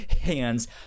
hands